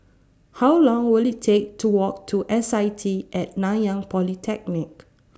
How Long Will IT Take to Walk to S I T At Nanyang Polytechnic